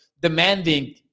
demanding